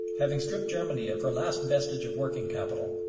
having stripped germany of her last vestige of working capital,